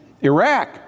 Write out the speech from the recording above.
Iraq